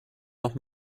noch